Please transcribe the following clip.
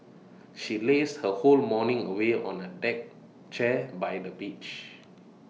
she lazed her whole morning away on A deck chair by the beach